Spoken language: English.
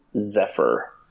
Zephyr